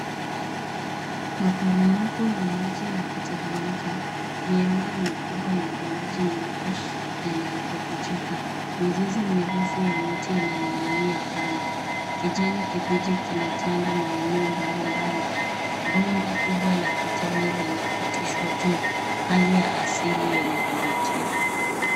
Maporomoko ya maji yakiteremka miamba mikubwa yenye maji meupe yanayobubujika. Mizizi mirefu ya miti inaning'inia kando. Kijani kibichi kinatanda maeneo mbalimbali. Bomba kubwa la kijani linapitishwa juu. Hali ya asili yenye kuvutia.